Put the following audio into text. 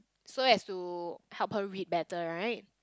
so as to help her read better right